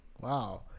Wow